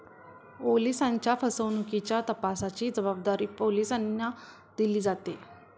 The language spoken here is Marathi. ओलिसांच्या फसवणुकीच्या तपासाची जबाबदारी पोलिसांना दिली जाते